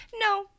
No